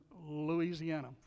Louisiana